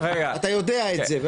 אתה יודע את זה,